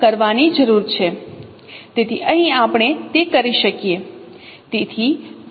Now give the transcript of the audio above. તેથી અહીં આપણે તે કરી શકીએ